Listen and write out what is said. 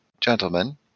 gentlemen